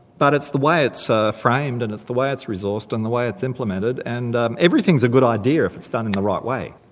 but it's the way it's ah framed and it's the way it's resourced and the way it's implemented, and everything's a good idea if it's done in the right way.